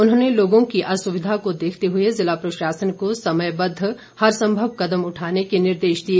उन्होंने लोगों की असुविधा को देखते हुए जिला प्रशासन को समय बद्ध हर सम्मव कदम उठाने के निर्देश दिए